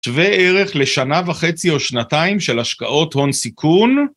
שווה ערך לשנה וחצי או שנתיים של השקעות הון סיכון.